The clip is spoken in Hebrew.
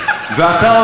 ואתה,